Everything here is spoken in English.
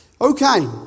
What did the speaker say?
Okay